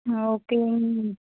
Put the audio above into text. ஆ ஓகேங்க